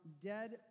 dead